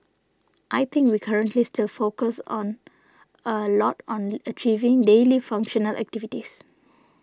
I think we currently still focus on a lot on achieving daily functional activities